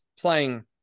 playing